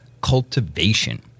cultivation